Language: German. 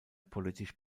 politisch